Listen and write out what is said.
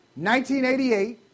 1988